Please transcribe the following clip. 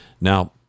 Now